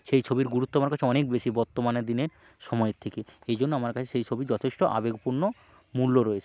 সেই ছবির গুরুত্ব আমার কাছে অনেক বেশি বর্তমানের দিনের সময়ের থেকে এই জন্য আমার কাছে সেই ছবি যথেষ্ট আবেগপূর্ণ মূল্য রয়েছে